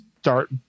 start